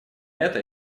это